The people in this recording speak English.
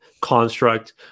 construct